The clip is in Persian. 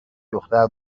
دختر